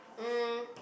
um